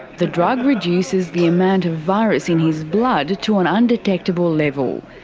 the drug reduces the amount of virus in his blood to an undetectable level.